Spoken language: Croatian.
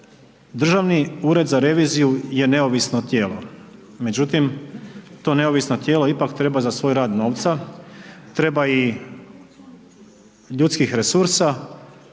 Državni ured za reviziju je neovisno tijelo, međutim to neovisno tijelo ipak treba za svoj rad novca, treba i ljudskih resursa.